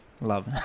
love